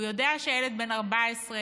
הוא יודע שהילד בן 14,